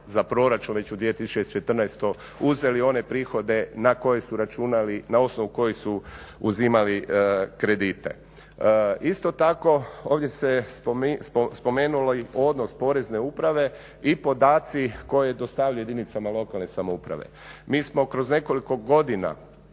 za proračun već u 2014.uzeli one prihode na koje su računali na osnovu uzimali kredite? Isto tako ovdje se spomenuo odnos Porezne uprave i podaci koje dostavljaju jedinicama lokalne samouprave. Mi smo kroz nekoliko godina